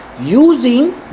using